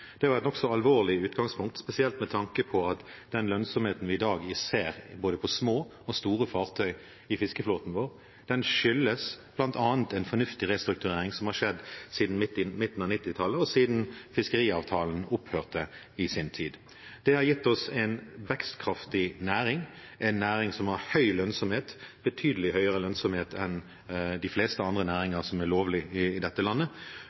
Det var et nokså alvorlig utgangspunkt, spesielt med tanke på at den lønnsomheten vi i dag ser, på både små og store fartøy i fiskeflåten vår, bl.a. skyldes den fornuftige restruktureringen som har skjedd siden midten av 1990-tallet og siden fiskeriavtalen opphørte i sin tid. Det har gitt oss en vekstkraftig næring, en næring som har høy lønnsomhet – betydelig høyere lønnsomhet enn i de fleste andre næringer som er lovlig i dette landet